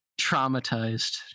traumatized